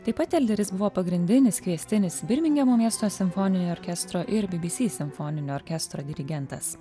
taip pat elderis buvo pagrindinis kviestinis birmingemo miesto simfoninio orkestro ir bybysy simfoninio orkestro dirigentas